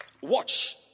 Watch